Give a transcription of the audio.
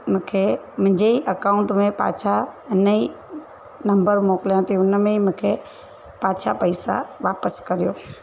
मूंखे मुंहिंजे ई अकाउंट में पाछा इन ई नंबर मोकिलियां थी उन में ई मूंखे पाछा पैसा वापसि करियो